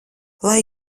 lai